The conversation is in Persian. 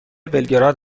بلگراد